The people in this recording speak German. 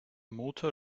motor